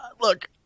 look